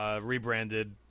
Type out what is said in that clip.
rebranded